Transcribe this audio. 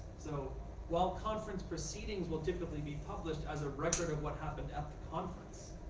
so while conference proceedings will typically be published as a record of what happened at the conference,